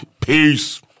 peace